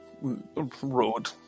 road